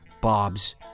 bobs